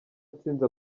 atsinze